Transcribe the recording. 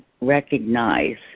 recognize